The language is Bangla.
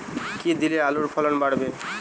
কী দিলে আলুর ফলন বাড়বে?